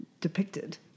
depicted